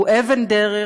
הוא אבן דרך,